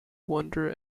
wonder